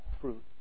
fruit